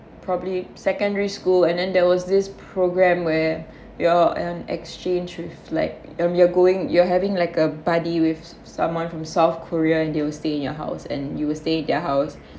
probably secondary school and then there was this program where your an exchange with like you're going you're having like a buddy with someone from south korea they will stay in your house and you will stay their house